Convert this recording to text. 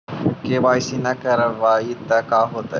KYC न करवाई तो का हाओतै?